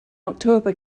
october